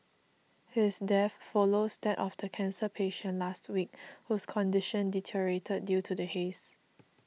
his death follows that of the cancer patient last week whose condition deteriorated due to the haze